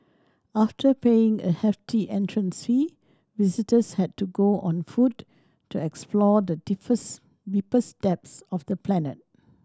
after paying a hefty entrance fee visitors had to go on foot to explore the deepest depths of the planet